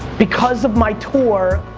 because of my tour,